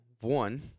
one